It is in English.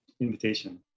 invitation